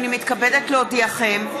הינני מתכבדת להודיעכם,